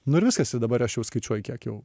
nu ir viskas ir dabar aš jau skaičiuoju kiek jau